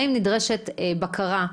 האם נדרשת בקרה?